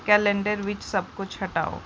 calendar ਵਿੱਚ ਸਭ ਕੁਝ ਹਟਾਓ